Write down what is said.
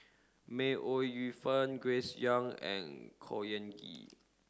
May Ooi Yu Fen Grace Young and Khor Ean Ghee